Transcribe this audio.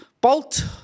bolt